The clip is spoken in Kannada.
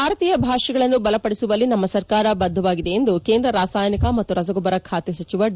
ಭಾರತೀಯ ಭಾಷೆಗಳನ್ನು ಬಲಪಡಿಸುವಲ್ಲಿ ನಮ್ಮ ಸರ್ಕಾರ ಬದ್ಧವಾಗಿದೆ ಎಂದು ಕೇಂದ್ರ ರಾಸಾಯನಿಕ ಮತ್ತು ರಸಗೊಬ್ಬರ ಖಾತೆ ಸಚಿವ ಡಿ